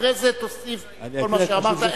אחרי זה תוסיף כל מה שאמרת.